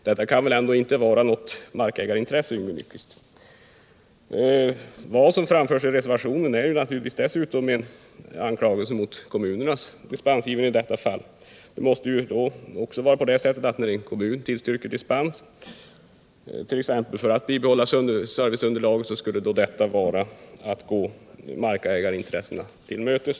Detta kan väl inte vara något markägarintresse, Yngve Nyquist? Vad som framförs i reservationen innebär dessutom naturligtvis en anklagelse mot kommunernas dispensgivning. När en kommun tillstyrker dispens för att t.ex. bibehålla serviceunderlaget i en viss bygd skulle detta enligt reservationen vara att gå markägarnas intressen till mötes.